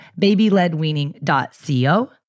babyledweaning.co